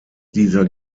dieser